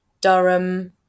Durham